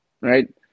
right